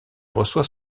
reçoit